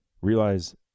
realize